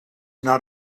not